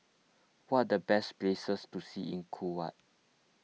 what are the best places to see in Kuwait